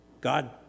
God